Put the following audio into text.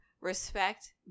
respect